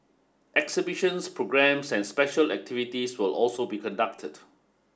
exhibitions programmes and special activities will also be conducted